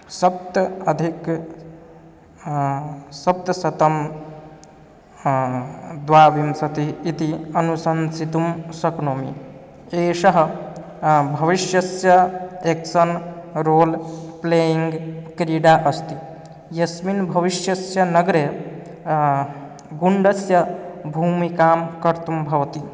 सप्त अधिक सप्तशतं द्वाविंशति इति अनुशंसितुं शक्नोमि एषः भविष्यस्य एक्सन् रोल् प्लेयिङ्ग् क्रीडा अस्ति यस्मिन् भविष्यस्य नगरे गुण्डस्य भूमिकां कर्तुं भवति